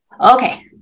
Okay